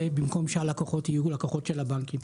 במקום שהלקוחות יהיו לקוחות של הבנקים.